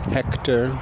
Hector